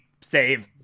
save